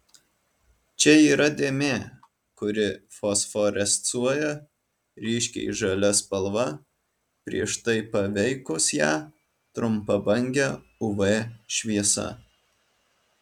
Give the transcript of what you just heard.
čia yra dėmė kuri fosforescuoja ryškiai žalia spalva prieš tai paveikus ją trumpabange uv šviesa